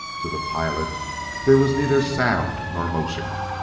to the pilot there was neither sound nor motion.